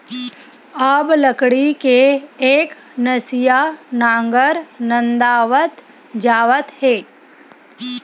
अब लकड़ी के एकनसिया नांगर नंदावत जावत हे